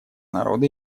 народа